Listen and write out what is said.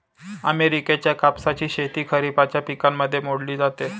अमेरिकेच्या कापसाची शेती खरिपाच्या पिकांमध्ये मोडली जाते